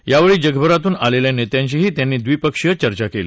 यावेळी यावेळी जगभरातून आलेल्या नेत्यांशीही त्यांनी द्विपक्षीय चर्चा केली